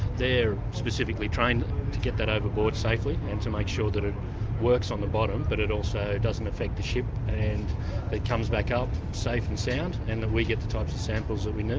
they're specifically trained to get that overboard safely and to make sure that it works on the bottom but it also doesn't affect the ship and it comes back up safe and sound and that we get the types of samples that we need.